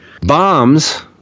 Bombs